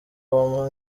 uwo